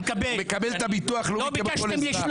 הוא מקבל ביטוח לאומי כמו כל אזרח.